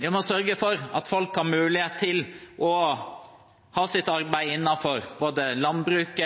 Vi må sørge for at folk har mulighet til å ha sitt arbeid innenfor landbruk,